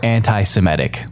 anti-Semitic